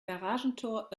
garagentor